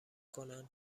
کنن